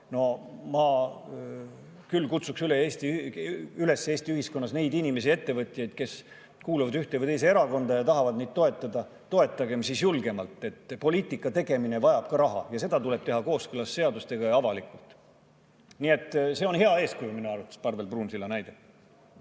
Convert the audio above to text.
No ma küll kutsuks üles Eesti ühiskonnas neid inimesi, ettevõtjaid, kes kuuluvad ühte või teise erakonda ja tahavad neid toetada: toetagem siis julgemalt. Poliitika tegemine vajab ka raha ja seda tuleb [anda] kooskõlas seadustega ja avalikult. Nii et see on hea eeskuju minu arvates, Parvel Pruunsilla näide.